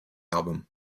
album